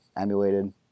emulated